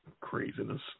Craziness